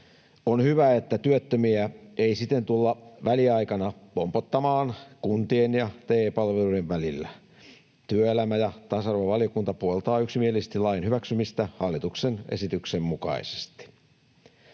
On hyvä, että työttömiä ei siten tulla väliaikana pompottamaan kuntien ja TE-palveluiden välillä. Työelämä- ja tasa-arvovaliokunta puoltaa yksimielisesti lain hyväksymistä hallituksen esityksen mukaisesti.